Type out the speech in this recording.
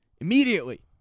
immediately